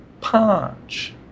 Punch